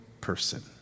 person